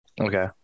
Okay